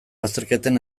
azterketen